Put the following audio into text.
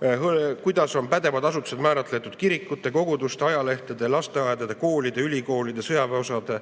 kaebusi menetlema, määratletud kirikute, koguduste, ajalehtede, lasteaedade, koolide, ülikoolide, sõjaväeosade,